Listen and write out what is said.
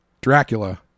Dracula